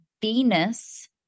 Venus